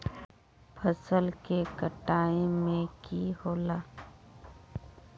फसल के कटाई में की होला?